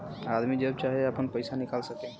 आदमी जब चाहे आपन पइसा निकाल सके